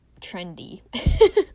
trendy